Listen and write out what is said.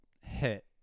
hit